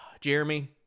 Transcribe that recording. Jeremy